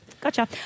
Gotcha